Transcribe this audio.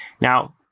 Now